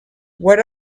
what